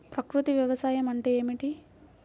ప్రకృతి వ్యవసాయం అంటే ఏమిటి?